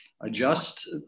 adjust